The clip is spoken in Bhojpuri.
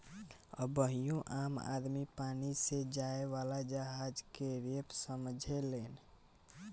अबहियो आम आदमी पानी से जाए वाला जहाज के खेप समझेलेन